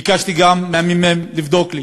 ביקשתי גם מהממ"מ לבדוק לי